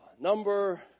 Number